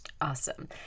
Awesome